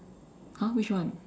!huh! which one